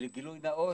לגילוי נאות,